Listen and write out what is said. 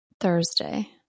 Thursday